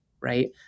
right